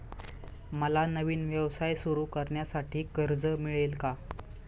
मला नवीन व्यवसाय सुरू करण्यासाठी कर्ज मिळेल का?